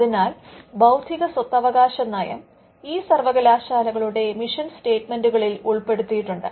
അതിനാൽ ബൌദ്ധിക സ്വത്തവകാശ നയം ഈ സർവ്വകലാശാലകളുടെ മിഷൻ സ്റ്റേറ്റ്മെന്റുകളിൽ ഉൾപ്പെടുത്തിയിട്ടുണ്ട്